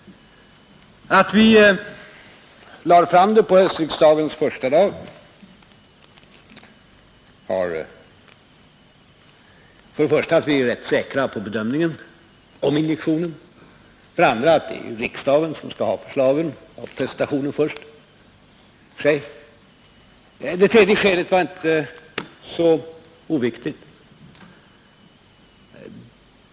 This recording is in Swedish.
Att vi presenterade förslagen på höstriksdagens första dag beror för det första på att vi är rätt säkra på bedömningen i fråga om injektionen. För det andra är det i första hand riksdagen som skall få presentationen av förslagen. Det tredje skälet var inte heller så oviktigt.